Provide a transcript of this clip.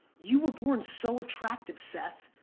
you were born so attractive, seth.